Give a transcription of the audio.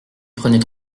prenait